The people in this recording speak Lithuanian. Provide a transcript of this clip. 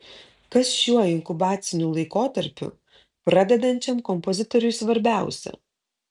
kas šiuo inkubaciniu laikotarpiu pradedančiam kompozitoriui svarbiausia